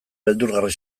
beldurgarri